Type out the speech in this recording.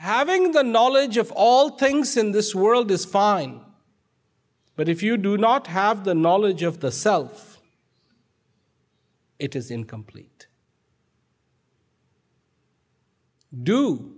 having the knowledge of all things in this world is fine but if you do not have the knowledge of the self it is incomplete do